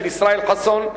של ישראל חסון,